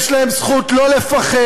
יש להם זכות לא לפחד.